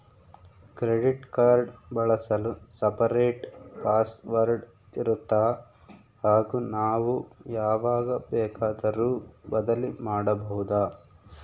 Credit card ಬಳಸಲು separate password ಇರುತ್ತಾ ಹಾಗೂ ನಾವು ಯಾವಾಗ ಬೇಕಾದರೂ ಬದಲಿ ಮಾಡಬಹುದಾ?